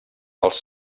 els